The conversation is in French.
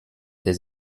des